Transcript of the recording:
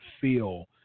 feel